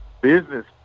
business